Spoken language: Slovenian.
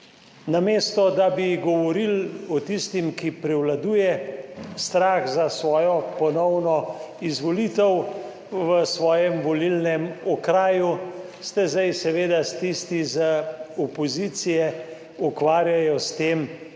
Namesto da bi govorili o tistem, ki prevladuje, strah za svojo ponovno izvolitev v svojem volilnem okraju, se zdaj seveda tisti iz opozicije ukvarjajo s tem,